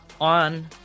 on